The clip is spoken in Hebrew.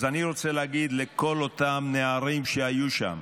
אז אני רוצה להגיד לכל אותם נערים שהיו שם: